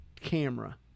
camera